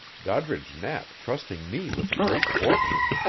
doddridge knapp trusting me with a great fortune!